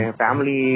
family